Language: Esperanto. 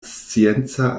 scienca